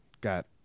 Got